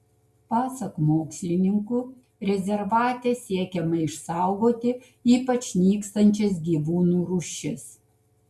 pasak mokslininkų rezervate siekiama išsaugoti ypač nykstančias gyvūnų rūšis